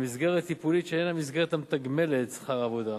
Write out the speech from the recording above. במסגרת טיפולית שאיננה מסגרת המתגמלת בשכר עבודה,